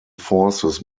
forces